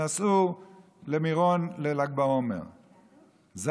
נסע למירון בל"ג בעומר תשכ"ז,